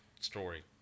story